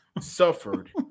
suffered